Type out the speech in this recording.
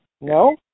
No